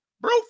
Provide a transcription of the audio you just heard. bro